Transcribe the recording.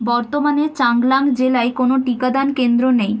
বর্তমানে চাংলাং জেলায় কোনো টিকাদান কেন্দ্র নেই